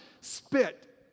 spit